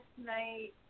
tonight